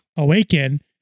Awaken